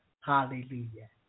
Hallelujah